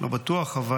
לא בטוח אבל